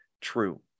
true